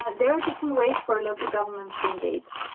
and there are different ways for local governments to engage,